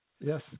Yes